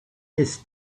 des